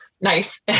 nice